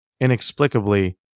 inexplicably